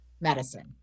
medicine